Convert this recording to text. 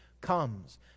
comes